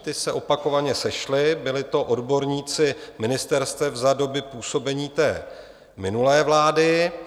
Ti se opakovaně sešli, byli to odborníci ministerstev za doby působení minulé vlády.